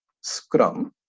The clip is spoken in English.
Scrum